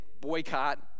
boycott